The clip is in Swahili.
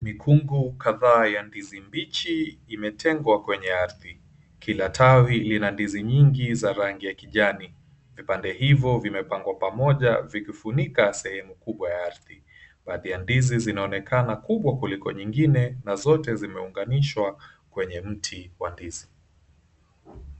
Mikungu kadhaa ya ndizi mbichi imetengwa kwenye ardhi. Kila tawi lina ndizi nyingi ya rangi ya kijani. Vipande hivyo vimepangwa pamoja vikifunika sehemu kubwa ya ardhi. Baadhi ya ndizi zinaonekana kubwa kuliko nyingine na zote zimeunganishwa kwenye mti wa ndizi.